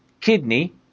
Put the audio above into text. Kidney